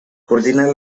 coordina